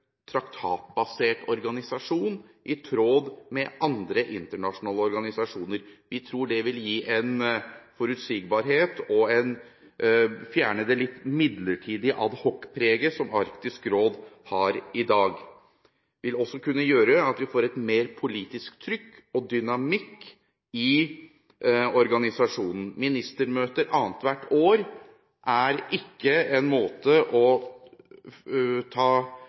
vil gi forutsigbarhet og fjerne det litt midlertidige ad hoc-preget som Arktisk råd har i dag. Det vil også kunne gjøre at vi får et mer politisk trykk og dynamikk i organisasjonen. Ministermøter annethvert år er ikke en måte å ta